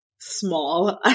small